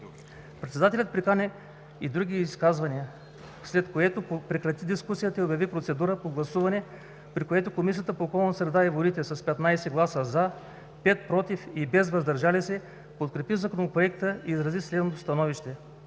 Председателят прикани към други изказвания, след което прекрати дискусията и обяви процедура по гласуване, при която Комисията по околната среда и водите с 15 гласа „за”, 5 – „против”, и без „въздържали се” подкрепи Законопроекта и изрази следното становище: